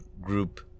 group